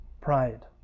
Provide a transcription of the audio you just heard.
pride